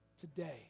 today